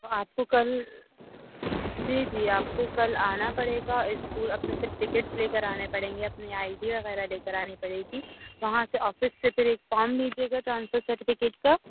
تو آپ کو کل جی جی آپ کو کل آنا پڑے گا اسکول اپنے سرٹیفیکیٹ لے کر آنے پڑیں گے اپنی آئی ڈی وغیرہ لے کر آنی پڑے گی وہاں سے آفس سے پھر ایک فام لیجیے گا ٹرانسفر سرٹیفیکیٹ کا